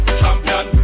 champion